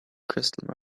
crystal